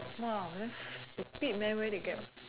!wah! damn stupid man where they get